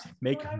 make